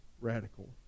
radical